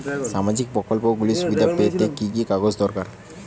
সামাজীক প্রকল্পগুলি সুবিধা পেতে গেলে কি কি কাগজ দরকার?